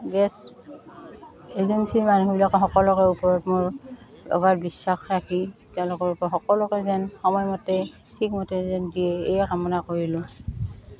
gas এজেঞ্চীৰ মানুহবিলাক সকলোৰে ওপৰত মোৰ অগাধ বিশ্বাস ৰাখি তেওঁলোকৰ ওপৰত সকলোকে যেন সময়মতে ঠিকমতে যেন দিয়ে এই কামনা কৰিলোঁ